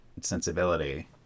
sensibility